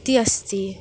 इति अस्ति